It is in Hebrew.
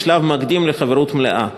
כשלב מקדים לחברות מלאה.